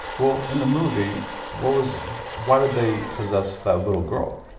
well in the movie what was why did they possess that little girl?